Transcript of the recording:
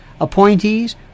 appointees